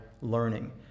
learning